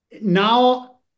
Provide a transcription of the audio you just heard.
now